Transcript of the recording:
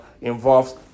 involves